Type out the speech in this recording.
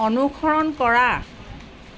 অনুসৰণ কৰা